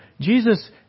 Jesus